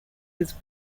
his